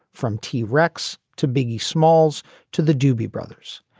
from t rex to biggie smalls to the doobie brothers.